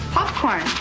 popcorn